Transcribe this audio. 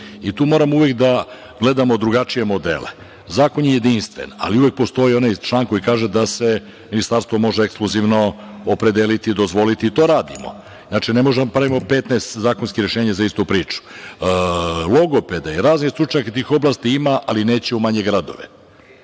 i tu moramo uvek da gledamo drugačije modele. Zakon je jedinstven, ali uvek postoji onaj član koji kaže da se Ministarstvo može ekskluzivno opredeliti i dozvoliti i to radimo. Znači, ne možemo da pravimo 15 zakonskih rešenja za istu priču. Logopeda i raznih stručnjaka iz raznih oblasti ima, ali neće u manje gradove.